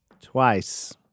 Twice